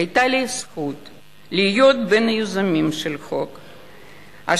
היתה לי הזכות להיות בין היוזמים של החוק אשר,